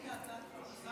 השר